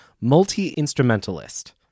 multi-instrumentalist